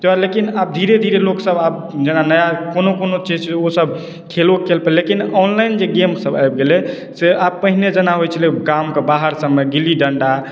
जँ लेकिन आब धीरे धीरे लोकसभ आब जेना नया कोनो कोनो चीज छै ओसभ खेलो खेल पयलै लेकिन ऑनलाइन जे गेमसब आबि गेलै से आब पहिने जेना होइत छलै गामके बाहर सभमे गिल्ली डण्डा